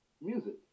music